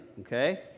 okay